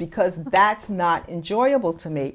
because that's not enjoyable to me